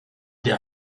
der